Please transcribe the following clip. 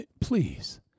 Please